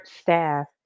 staff